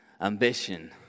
ambition